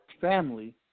family